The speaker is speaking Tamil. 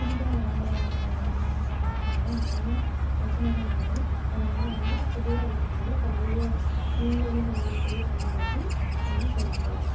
புதிதாக வாங்குகிற மின்னணு சாதனத்துனால் நிறையா பிரச்சினைகள் வரும் அதனால வந்து புதிதாக வாங்காமல் பழைய மின்னணு சாதனத்தவே பயன்படுத்தி நம்ம சரிசெய்யலாம்